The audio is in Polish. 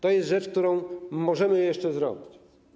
To jest rzecz, którą możemy jeszcze zrobić.